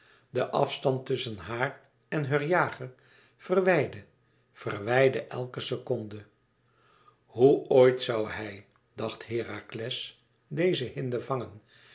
de afstand tusschen haar en heur jager verwijdde verwijdde elke seconde hoe ooit zoû hij dacht herakles deze hinde vangen